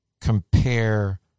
compare